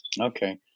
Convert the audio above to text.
Okay